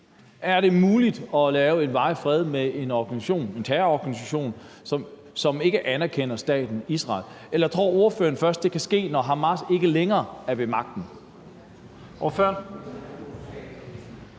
Er det muligt at lave en varig fred med en organisation, en terrororganisation, som ikke anerkender staten Israel? Eller tror ordføreren først, at det kan ske, når Hamas ikke længere er ved magten?